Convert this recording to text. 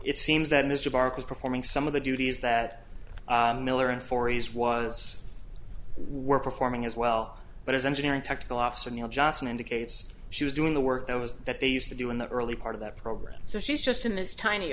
it seems that mr barch was performing some of the duties that miller in four days was were performing as well but as engineering technical officer neal johnson indicates she was doing the work that was that they used to do in the early part of that program so she's just in this tiny